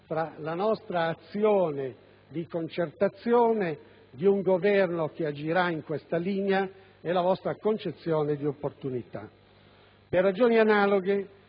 fra la nostra azione di concertazione di un Governo che agirà seguendo questa linea e la vostra concezione di opportunità. Per ragioni analoghe